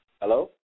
Hello